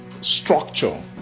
structure